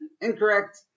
Incorrect